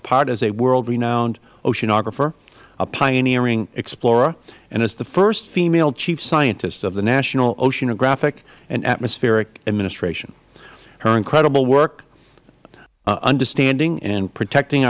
apart as a world renowned oceanographer a pioneering explorer and as the first female chief scientist of the national oceanographic and atmospheric administration her incredible work understanding and protecting